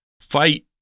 fight